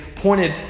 pointed